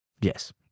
Yes